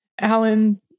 Alan